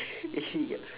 actually ya